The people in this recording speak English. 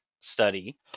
study